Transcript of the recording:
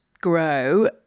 grow